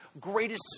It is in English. greatest